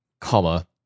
comma